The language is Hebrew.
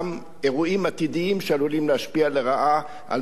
שעלולים להשפיע לרעה על מצבנו כמדינה.